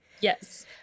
Yes